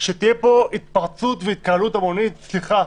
שתהיה התפרצות והתקהלות המונית סליחה.